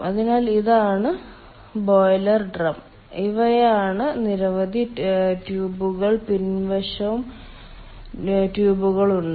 അതിനാൽ ഇതാണ് boiler drum ഇവയാണ് നിരവധി ട്യൂബുകൾ പിൻവശവും ട്യൂബുകളുണ്ട്